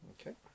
Okay